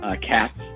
Cats